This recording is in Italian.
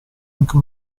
anche